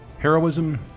Heroism